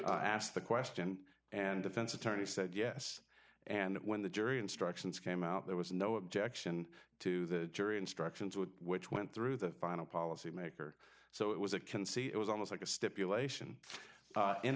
will ask the question and defense attorney said yes and when the jury instructions came out there was no objection to the jury instructions with which went through the final policy maker so it was a can see it was almost like a stipulation